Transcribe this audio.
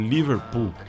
Liverpool